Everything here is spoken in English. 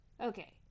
okay